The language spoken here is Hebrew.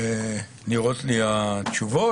נראות לי התשובות.